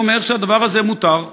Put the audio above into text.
זה אומר שהדבר הזה מותר.